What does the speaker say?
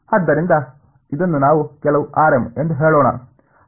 ಆದ್ದರಿಂದ ಇದನ್ನು ನಾವು ಕೆಲವು rm ಎಂದು ಹೇಳೋಣ